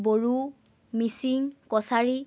Bodo Mising Kachari